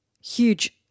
huge